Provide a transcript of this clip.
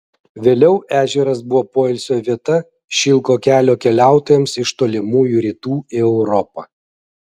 vėliau ežeras buvo poilsio vieta šilko kelio keliautojams iš tolimųjų rytų į europą